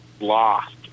lost